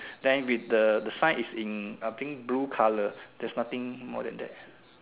then with the the sign is in I think blue colour there's nothing more than that